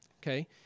okay